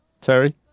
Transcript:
Terry